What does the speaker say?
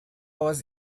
was